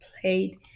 played